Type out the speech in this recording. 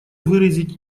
выразить